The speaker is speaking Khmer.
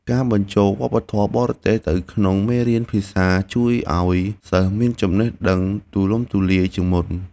ការបញ្ចូលវប្បធម៌បរទេសទៅក្នុងមេរៀនភាសាជួយឱ្យសិស្សមានចំណេះដឹងទូលំទូលាយជាងមុន។